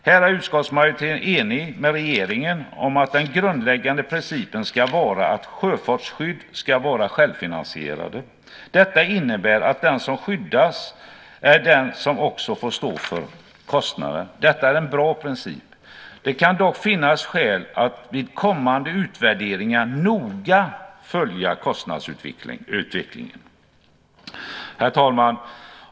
Här är utskottsmajoriteten enig med regeringen om att den grundläggande principen ska vara att sjöfartsskydd ska vara självfinansierat. Detta innebär att den som skyddas också är den som får stå för kostnaderna. Detta är en bra princip. Det kan dock finns skäl att vid kommande utvärderingar noga följa kostnadsutvecklingen. Herr talman!